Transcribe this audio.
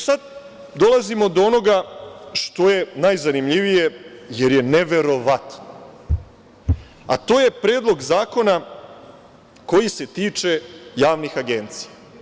Sada dolazimo do onoga što je najzanimljivije, jer je neverovatno, a to je Predlog zakona koji se tiče javnih agencija.